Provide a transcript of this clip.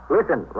Listen